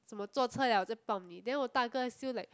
什么坐车了我才抱你 then 我大哥 still like